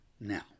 now